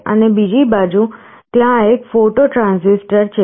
અને બીજી બાજુ ત્યાં એક ફોટો ટ્રાંઝિસ્ટર છે